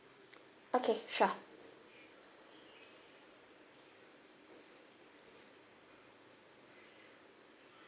okay sure